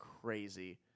crazy